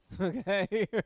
okay